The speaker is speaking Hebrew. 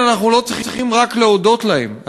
אנחנו לא צריכים רק להודות להם,